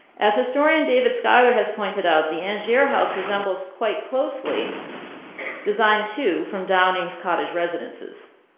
as historian david skyler has pointed out, the angier house resembles quite closely design two from downing's cottage residences.